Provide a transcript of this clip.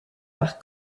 par